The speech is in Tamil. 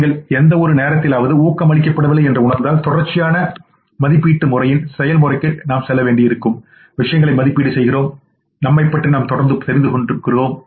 நீங்கள் எந்த ஒரு நேரத்திலாவது ஊக்கம் அளிக்கப்படவில்லை என்று உணர்ந்தால் தொடர்ச்சியான மதிப்பீட்டு முறையின் செயல்முறைக்கு நாம் செல்கிறோம் விஷயங்களை மதிப்பீடு செய்கிறோம் நம்மைப் பற்றி நாம் தொடர்ந்து தெரிந்துகொள்கிறோம்